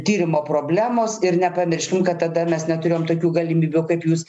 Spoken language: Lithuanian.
tyrimo problemos ir nepamirškim kad tada mes neturėjom tokių galimybių kaip jūs